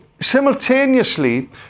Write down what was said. simultaneously